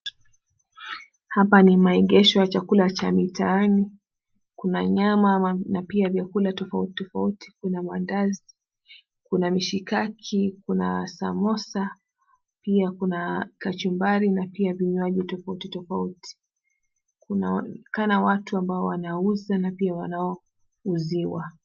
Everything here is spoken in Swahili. Hapa ni maegesho ya chakula cha mtaani, kuna nyama na pia vyakula tofauti tofauti kuna mandazi kuna mishikaki, kuna samosa pia kuna kachumbari na vinywaji tofauti tofauti, kunaonekana watu wanaouza na wanaouziwa